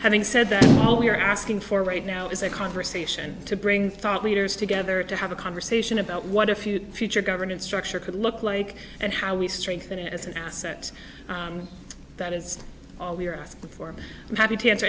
having said that what we're asking for right now is a conversation to bring thought leaders together to have a conversation about what a few future governance structure could look like and how we strengthen it as an asset that is all we're asking for and happy to answer